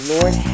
Lord